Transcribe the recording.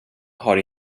har